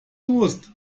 gewusst